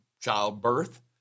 childbirth